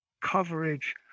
coverage